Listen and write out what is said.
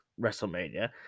WrestleMania